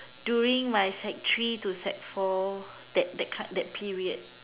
during my sec three and sec four that period